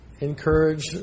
encourage